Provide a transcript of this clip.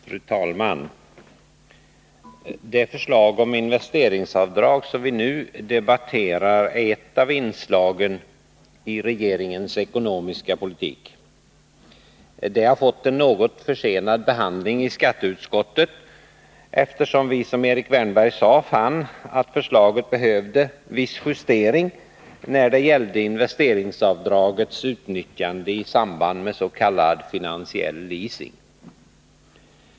Fru talman! Det förslag om investeringsavdrag som vi nu debatterar är ett av inslagen i regeringens ekonomiska politik. Det har fått en något försenad behandling i skatteutskottet eftersom vi, som Erik Wärnberg sade, fann att 2 Riksdagens protokoll 1981182:42-45 förslaget behövde viss justering när det gällde investeringsavdragets utnyttjande i samband med s.k. finansiell leasing.